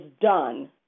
done